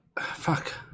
fuck